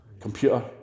computer